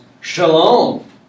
shalom